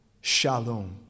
shalom